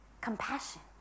compassion